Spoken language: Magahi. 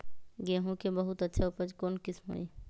गेंहू के बहुत अच्छा उपज कौन किस्म होई?